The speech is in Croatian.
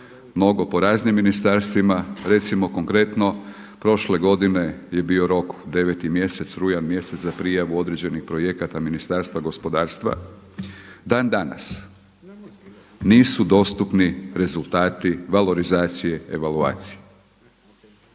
mnogo po raznim ministarstvima. Recimo konkretno prošle godine je bio rok 9. mjesec, rujan mjesec za prijavu određenih projekata Ministarstva gospodarstva, dan danas nisu dostupni rezultati valorizacije, evaluacije.